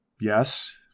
Yes